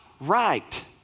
right